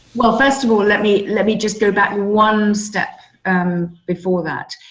well, first of all, let me let me just go back and one step um before that.